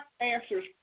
answers